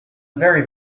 very